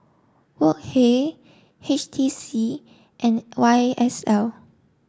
Wok Hey H T C and Y S L